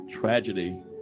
tragedy